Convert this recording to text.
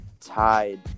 tied